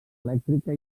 elèctrica